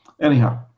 Anyhow